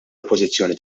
oppożizzjoni